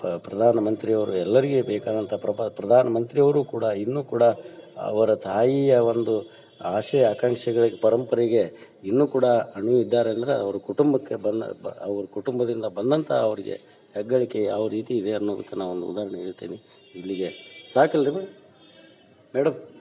ಪ ಪ್ರಧಾನ ಮಂತ್ರಿಯವರು ಎಲ್ಲರಿಗೆ ಬೇಕಾದಂಥ ಪ್ರಧಾನ್ ಮಂತ್ರಿಯವರೂ ಕೂಡ ಇನ್ನೂ ಕೂಡ ಅವರ ತಾಯಿಯ ಒಂದು ಆಸೆ ಆಕಾಂಕ್ಷೆಗಳಿಗೆ ಪರಂಪರೆಗೆ ಇನ್ನೂ ಕೂಡ ಅಣು ಇದ್ದಾರೆ ಅಂದರೆ ಅವ್ರ ಕುಟುಂಬಕ್ಕೆ ಬಂದ ಬ ಅವ್ರ ಕುಟುಂಬದಿಂದ ಬಂದಂಥ ಅವರಿಗೆ ಹೆಗ್ಗಳಿಕೆ ಯಾವ ರೀತಿ ಇದೆ ಅನ್ನೋದಕ್ಕೆ ನಾವೊಂದು ಉದಾಹರ್ಣೆ ಹೇಳ್ತೀನಿ ಇಲ್ಲಿಗೆ ಸಾಕು ಅಲ್ಲ ರಿ ಮೆಮ್